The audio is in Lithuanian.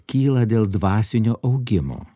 kyla dėl dvasinio augimo